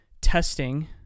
testing